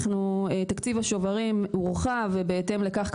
תקציב השוברים הורחב ובהתאם לכך,